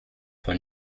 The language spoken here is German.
von